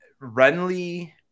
Renly